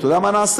יודע מה נעשה?